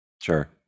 Sure